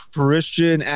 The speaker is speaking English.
Christian